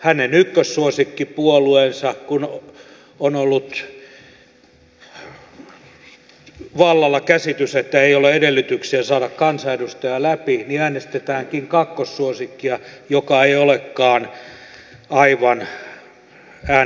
kun on ollut vallalla käsitys että hänen ykkössuosikkipuolueellaan ei ole edellytyksiä saada kansanedustajaa läpi äänestetäänkin kakkossuosikkia joka ei olekaan aivan äänestäjän mieleen